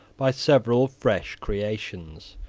by several fresh creations.